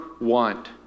want